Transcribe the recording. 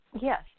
yes